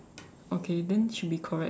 okay then should be correct